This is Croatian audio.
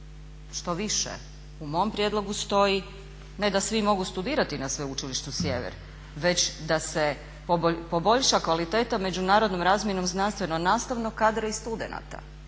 štoviše u mom prijedlogu stoji ne da svi mogu studirati na Sveučilištu Sjever već da se poboljša kvaliteta međunarodnom razmjenom znanstveno nastavnog kadra i studenata.